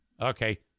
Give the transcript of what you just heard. Okay